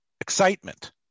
excitement